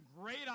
great